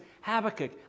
Habakkuk